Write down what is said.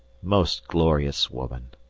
most glorious woman,